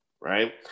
right